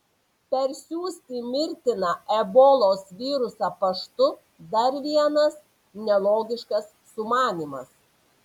persiųsti mirtiną ebolos virusą paštu dar vienas nelogiškas sumanymas